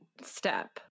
step